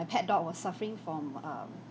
pet dog was suffering from um